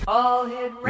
All-Hit